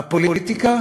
הפוליטיקה